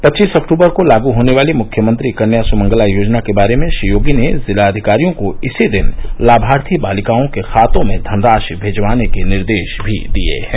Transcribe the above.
पच्चीस अक्टूबर को लागू होने वाली मुख्यमंत्री कन्या समंगला योजना के बारे में श्री योगी ने जिलाधिकारियों को इसी दिन लाभार्थी बालिकाओं के खातों में धनराशि भिजवाने के निर्देश भी दिये हैं